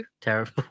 Terrible